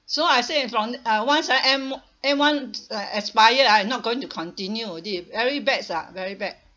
so I say if on uh once my m m one uh expire ah I not going to continue already very bad ah very bad